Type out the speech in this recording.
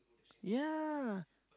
ya